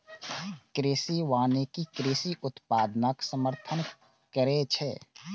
कृषि वानिकी कृषि उत्पादनक समर्थन करै छै